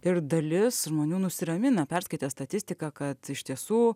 ir dalis žmonių nusiramina perskaitę statistiką kad iš tiesų